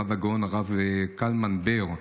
הרב הגאון הרב קלמן בר,